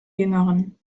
jüngeren